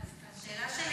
השאלה שלי